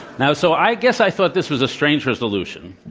now, so i guess i thought this was a strange resolution.